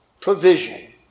provision